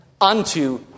unto